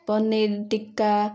paneer tikka